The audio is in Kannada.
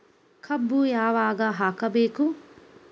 ಕಬ್ಬು ಯಾವಾಗ ಹಾಕಬೇಕು?